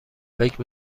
فکر